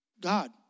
God